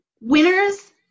winners